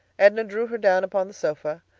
edna drew her down upon the sofa,